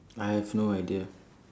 I have no idea